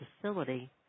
facility